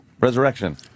Resurrection